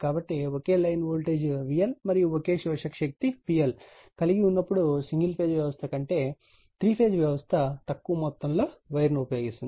కాబట్టి ఒకే line voltage VL మరియు ఒకే శోషక శక్తి PL కలిగి ఉన్నప్పుడు సింగిల్ ఫేజ్ వ్యవస్థ కంటే 3 ఫేజ్ వ్యవస్థ తక్కువ మొత్తంలో వైర్ను ఉపయోగిస్తుంది